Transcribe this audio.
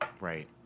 Right